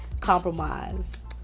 compromise